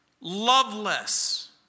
Loveless